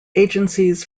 agencies